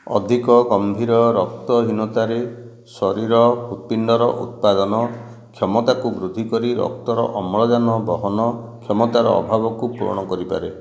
ଅଧିକ ଗମ୍ଭୀର ରକ୍ତହୀନତାରେ ଶରୀର ହୃତ୍ପିଣ୍ଡର ଉତ୍ପାଦନ କ୍ଷମତାକୁ ବୃଦ୍ଧି କରି ରକ୍ତର ଅମ୍ଳଜାନ ବହନ କ୍ଷମତାର ଅଭାବକୁ ପୂରଣ କରିପାରେ